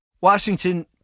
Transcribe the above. Washington